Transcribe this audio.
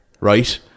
Right